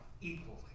equally